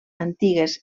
antigues